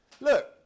look